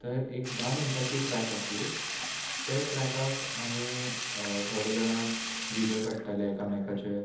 तर एक धा मिण्टांची ट्रेक आसली ते ट्रेकाक आमी थोडे जाणां व्हिडियो काडटाले एकामेकाचे